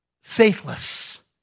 faithless